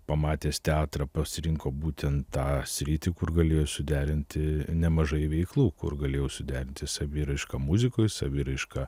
pamatęs teatrą pasirinko būtent tą sritį kur galėjo suderinti nemažai veiklų kur galėjau suderinti saviraišką muzikoje saviraišką